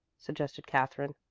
suggested katherine.